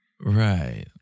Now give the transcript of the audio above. Right